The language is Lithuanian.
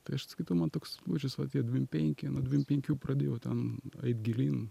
tai aš skaitau man toks lūžis va tie dvim penki nuo dvim penkių pradėjau ten eit gilyn